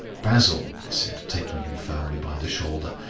basil, i said, taking him firmly by the shoulder,